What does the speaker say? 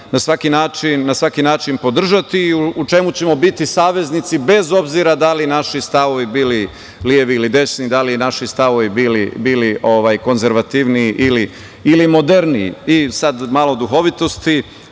na svaki način podržati, u čemu ćemo biti saveznici bez obzira da li naši stavovi bili levi ili desni, da li naši stavovi bili konzervativniji ili moderniji. Sada malo duhovitosti.